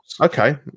Okay